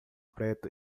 preto